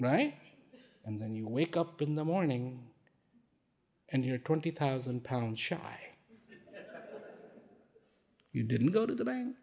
right and then you wake up in the morning and you're twenty thousand pounds shy you didn't go to the bank